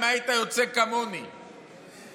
אם היית יוצא כמוני ב-02:00,